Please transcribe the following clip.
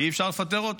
כי אי-אפשר לפטר אותו.